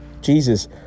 Jesus